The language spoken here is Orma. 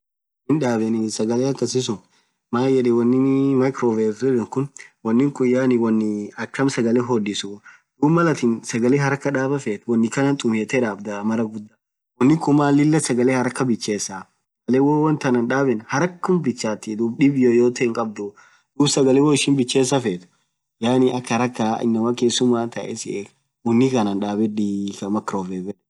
Hin dhabeni sagale akasisun maaan yedhenii wonn microwave khun wonni khun wonni akamaa sagale hodhisu dhub Mal atin sagale harakhaa dhafeethu wonn khanan tumethe dhabdha mara ghudha wonn Kun maaan Lilah sagale haraka bichesaa sagale woo wonthan dhaben harakhum bichathii dhub dhib yoyote hinkhabdhu dhub sagale woishin bichesaa fethu yaani akha haraka inamaa khesumaan thaae sieghu Unni khanan dhabedhii Kaa microwave